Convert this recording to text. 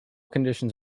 conditions